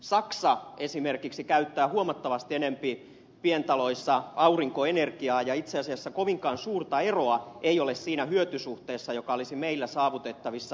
saksa esimerkiksi käyttää huomattavasti enempi pientaloissa aurinkoenergiaa ja itse asiassa kovinkaan suurta eroa ei ole siinä hyötysuhteessa joka olisi meillä saavutettavissa